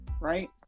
right